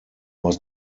was